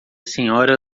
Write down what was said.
sra